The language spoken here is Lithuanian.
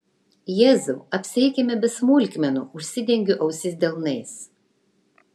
jėzau apsieikime be smulkmenų užsidengiu ausis delnais